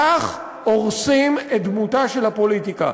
כך הורסים את דמותה של הפוליטיקה.